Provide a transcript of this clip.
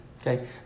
okay